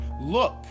Look